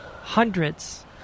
hundreds